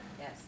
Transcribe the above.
Yes